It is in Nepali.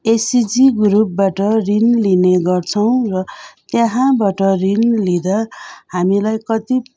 एसएचजी ग्रुपबाट ऋण लिने गर्छौँ र त्यहाँबाट ऋण लिँदा हामीलाई कति